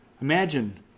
Imagine